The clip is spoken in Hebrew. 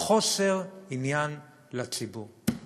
חוסר עניין לציבור.